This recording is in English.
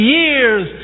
years